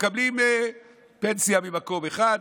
מקבלים פנסיה ממקום אחד,